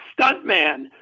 stuntman